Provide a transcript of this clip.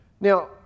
Now